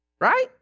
Right